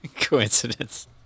Coincidence